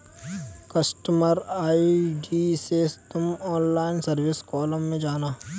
customer ID से तुम online service column में जाना